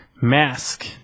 Mask